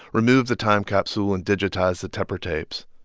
remove the time capsule and digitize the tepper tapes,